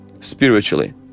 spiritually